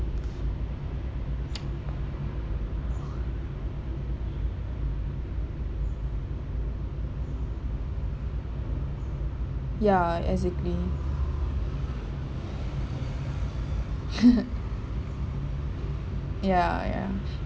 ya exactly ya ya